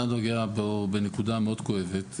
אתה נוגע פה בנקודה מאוד כואבת.